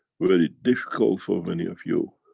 very difficult for many of you,